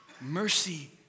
Mercy